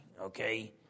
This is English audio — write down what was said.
Okay